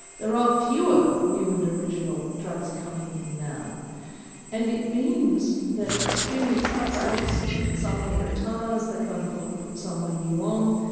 there are fewer new and original drugs coming in now and it means that experience gets lost, someone retires, they can't afford to put someone new um